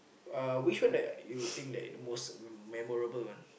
uh which one that you think that the most me~ memorable one